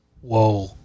whoa